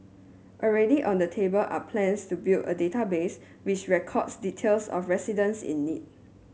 already on the table are plans to build a database which records details of residents in need